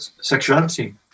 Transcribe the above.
sexuality